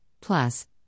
plus